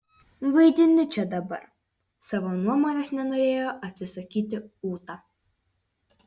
vaidini čia dabar savo nuomonės nenorėjo atsisakyti ūta